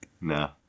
No